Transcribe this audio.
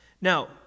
Now